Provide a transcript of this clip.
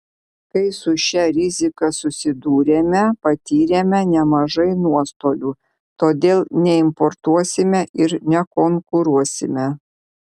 kai su šia rizika susidūrėme patyrėme nemažai nuostolių todėl neimportuosime ir nekonkuruosime